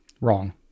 Wrong